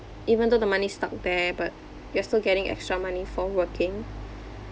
even though the money is stuck there but you're still getting extra money for working